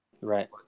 Right